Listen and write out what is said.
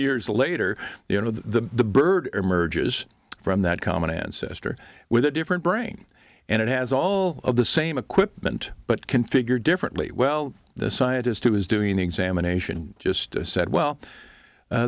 years later you know the bird emerges from that common ancestor with a different brain and it has all of the same equipment but configured differently well the scientist who was doing the examination just said well